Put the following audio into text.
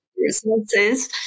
resources